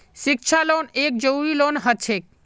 शिक्षा लोन एक जरूरी लोन हछेक